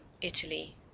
Italy